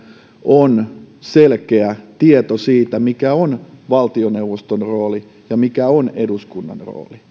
on selkeä tieto siitä mikä on valtioneuvoston rooli ja mikä on eduskunnan rooli